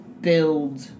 build